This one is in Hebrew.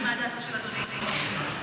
מה דעתו של אדוני לגבי הסדר מדיני,